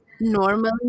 normally